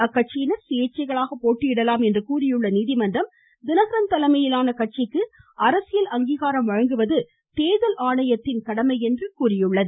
அக்கட்சியினர் சுயேச்சைகளாக போட்டியிடலாம் என்று கூறியுள்ள நீதிமன்றம் தினகரன் தலைமையிலான கட்சிக்கு அரசியல் அங்கீகாரம் வழங்குவது தேர்தல் ஆணையத்தின் கடமை என்றும் எடுத்துரைத்துள்ளது